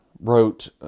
wrote